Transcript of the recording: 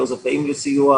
לא זכאים לסיוע,